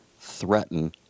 threaten